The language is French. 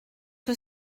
que